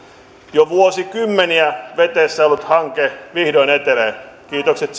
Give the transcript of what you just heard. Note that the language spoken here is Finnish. jo vuosikymmeniä veteessä ollut hanke vihdoin etenee kiitokset